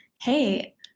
hey